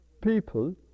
people